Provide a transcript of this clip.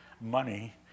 money